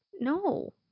No